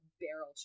barrel